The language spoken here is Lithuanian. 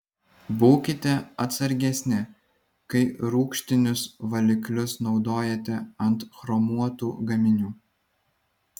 būkite atsargesni kai rūgštinius valiklius naudojate ant chromuotų gaminių